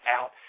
out